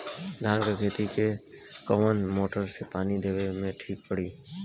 धान के खेती मे कवन मोटर से पानी देवे मे ठीक पड़ी?